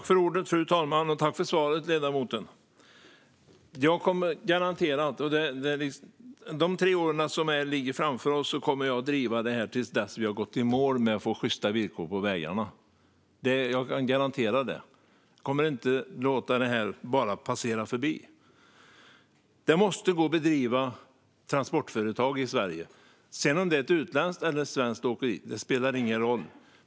Fru talman! Jag tackar ledamoten för svaret. Under de tre år som ligger framför oss kommer jag att driva detta, till dess vi har gått i mål med att få sjysta villkor på vägarna. Det kan jag garantera. Jag kommer inte att låta det bara passera förbi. Det måste gå att driva transportföretag i Sverige. Om det är ett utländskt eller svenskt åkeri spelar ingen roll.